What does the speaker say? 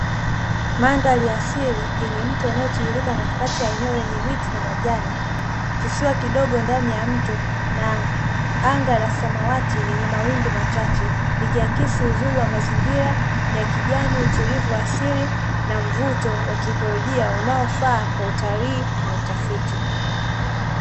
Mandhari ya asili yenye mto unaotiririka katikakati ya eneo lenye miti na majani, kisiwa kidogo ndani ya mto na anga la samawati lenye mawingu machache, likiakisi uzuri wa mazingira ya kijani, utulivu wa asili na mvuto wa kiikolojia unaofaa kwa utalii na utafiti.